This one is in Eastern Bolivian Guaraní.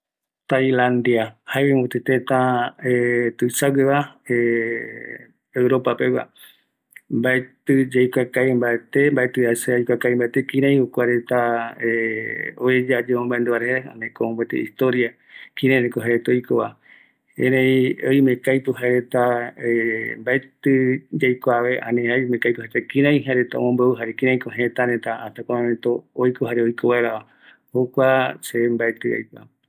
Tailandia, jae mopeti teta tuiasague europapegua mbaeti yaikua kavi mbate, mbaeti se aikuakavi mbate kirei kua reta ueya yemomanduare ani kua mopeti historia, kirei rako kuareta oikova, eri oimeko aipo jaereta mbaeti yaikuave ani oime ko jareta oporomembeu kieriko oikoreta, jare kireiko jetareta hasta kua momneto oikova, jare oikovaera, jokua se mbaeti aikua.